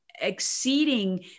exceeding